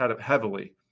heavily